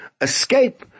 escape